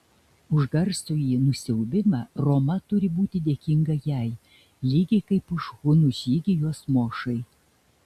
už garsųjį nusiaubimą roma turi būti dėkinga jai lygiai kaip už hunų žygį jos mošai